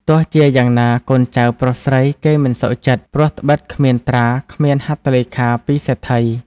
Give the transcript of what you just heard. ទោះជាយ៉ាងណាកូនចៅប្រុសស្រីគេមិនសុខចិត្ដ ព្រោះត្បិតគ្មានត្រា គ្មានហត្ថលេខាពីសេដ្ឋី។